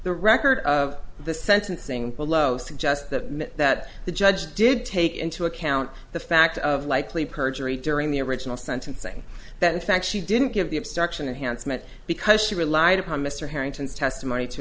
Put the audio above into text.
the record of the sentencing below suggests that the judge did take into account the fact of likely perjury during the original sentencing that in fact she didn't give the obstruction or handsome it because she relied upon mr harrington's testimony to